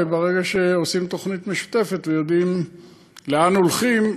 וברגע שעושים תוכנית משותפת ויודעים לאן הולכים,